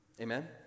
Amen